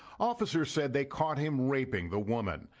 officers said they caught him raping the woman,